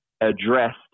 addressed